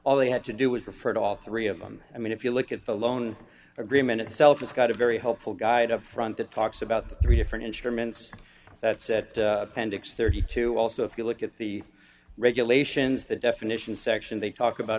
all they had to do was refer to all three of them i mean if you look at the loan agreement itself has got a very helpful guide up front that talks about the three different instruments that set ten decks thirty two also if you look at the regulations the definitions section they talk about